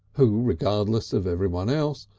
who, regardless of everyone else,